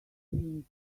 wings